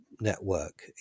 network